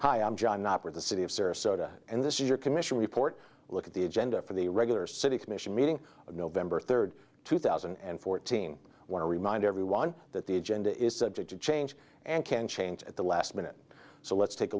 hi i'm john operate the city of sarasota and this is your commission report look at the agenda for the regular city commission meeting of november third two thousand and fourteen want to remind everyone that the agenda is subject to change and can change at the last minute so let's take a